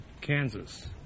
Kansas